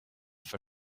for